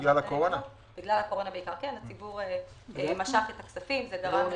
בעיקר בגלל הקורונה, הציבור משך את הכספים, זה גרם